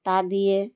তা দিয়ে